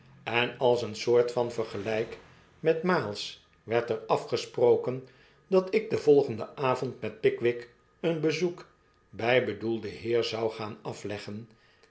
en als een soort van vergelyk met miles werd er afgesproken dat ik den volgenden avond met pickwick een bezoek bij bedoelden heer zou gaan afleggen